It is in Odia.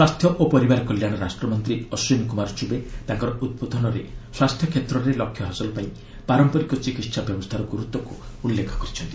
ସ୍ୱାସ୍ଥ୍ୟ ଓ ପରିବାର କଲ୍ୟାଣ ରାଷ୍ଟ୍ରମନ୍ତ୍ରୀ ଅଶ୍ୱିନୀ କୁମାର ଚୁବେ ତାଙ୍କର ଉଦ୍ବୋଧନରେ ସ୍ୱାସ୍ଥ୍ୟ କ୍ଷେତ୍ରରେ ଲକ୍ଷ୍ୟ ହାସଲ ପାଇଁ ପାରମ୍ପରିକ ଚିକିତ୍ସା ବ୍ୟବସ୍ଥାର ଗୁରୁତ୍ୱକୁ ଉଲ୍ଲେଖ କରିଛନ୍ତି